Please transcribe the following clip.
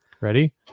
Ready